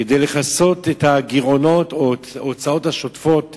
כדי לכסות את הגירעונות או את ההוצאות השוטפות